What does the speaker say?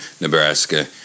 Nebraska